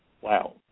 Wow